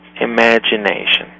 imagination